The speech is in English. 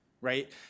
right